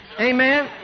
Amen